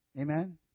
Amen